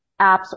apps